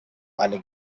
eine